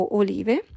olive